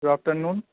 good after noon